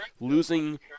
losing